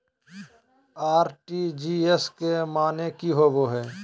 RTGS के माने की होबो है?